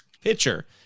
pitcher